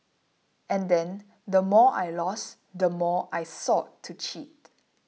and then the more I lost the more I sought to cheat